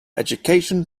education